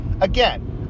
Again